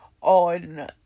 on